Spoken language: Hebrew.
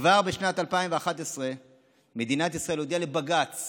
כבר בשנת 2011 מדינת ישראל הודיעה לבג"ץ